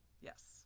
Yes